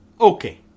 Okay